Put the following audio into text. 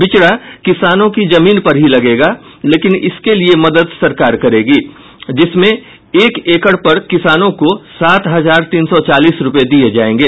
बिचड़ा किसानों की जमीन पर ही लगेगा लेकिन इसके लिये मदद सरकार करेगी जिसमें एक एकड़ पर किसानों को सात हजार तीन सौ चालीस रूपये दिये जायेंगे